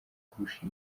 kurusha